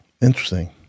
Interesting